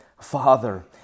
Father